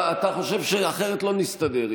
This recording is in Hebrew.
אתה חושב שאחרת לא נסתדר,